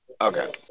okay